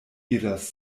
iras